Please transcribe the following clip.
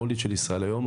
המו"לית של ישראל היום,